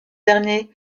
dernier